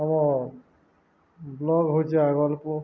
ଆମ ବ୍ଲକ୍ ହେଉଛି